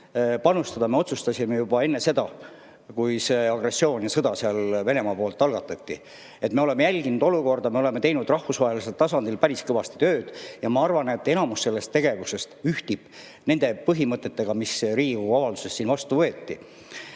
panustada me otsustasime juba enne seda, kui see agressioon ja sõda Venemaa poolt algatati. Me oleme jälginud olukorda, me oleme teinud rahvusvahelisel tasandil päris kõvasti tööd. Ma arvan, et enamus sellest tegevusest ühtib nende põhimõtetega, mis on [kirjas] Riigikogu avalduses, mis siin vastu võeti.